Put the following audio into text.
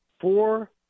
Four